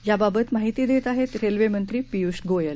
याबाबत माहिती देत आहेत रेल्वेमंत्री पियुष गोयल